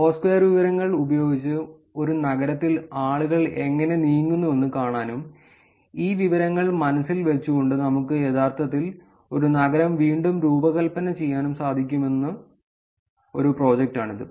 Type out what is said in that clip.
Foursquare വിവരങ്ങൾ ഉപയോഗിച്ച് ഒരു നഗരത്തിൽ ആളുകൾ എങ്ങനെ നീങ്ങുന്നുവെന്ന് കാണാനും ഈ വിവരങ്ങൾ മനസ്സിൽ വച്ചുകൊണ്ട് നമുക്ക് യഥാർത്ഥത്തിൽ ഒരു നഗരം വീണ്ടും രൂപകൽപ്പന ചെയ്യാനും സാധിക്കുന്ന ഒരു പ്രോജക്റ്റാണിത്